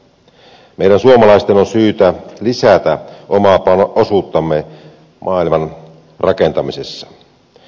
meidän suomalaisten on syytä lisätä omaa osuuttamme maailman rakentamisessa